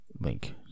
link